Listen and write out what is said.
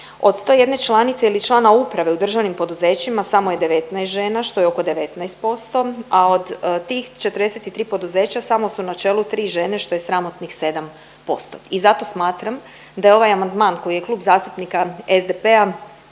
Od 101 članice ili člana uprave u državnim poduzećima samo je 19 žena što je oko 19%, a od tih 43 poduzeća samo su na čelu 3 žene što je sramotnih 7% i zato smatram da je ovaj amandman koji je Klub zastupnika SDP-a